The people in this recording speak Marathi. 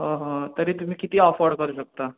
हो हो तरी तुम्ही किती ऑफोर्ड करू शकता